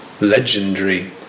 legendary